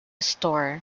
store